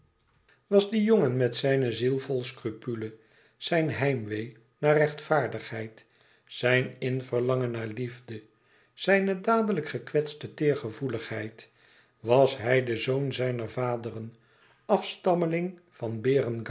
was die jongen met zijne ziel vol scrupule zijn heimwee naar rechtvaardigheid zijn in verlangen naar liefde zijn dadelijk gekwetste teêrgevoeligheid was hij de zoon zijner vaderen afstammeling van